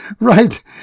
right